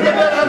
אבל אתה מדבר על